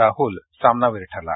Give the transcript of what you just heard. राहूल सामनावीर ठरला